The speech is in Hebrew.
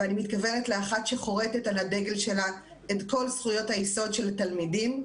ואני מתכוונת לאחת שחורטת על הדגל שלה את כל זכויות היסוד של התלמידים,